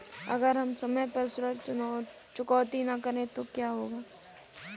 अगर हम समय पर ऋण चुकौती न करें तो क्या होगा?